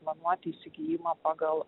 planuoti įsigijimą pagal